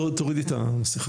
תורידי את המסכה.